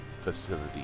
facility